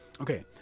Okay